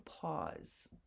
pause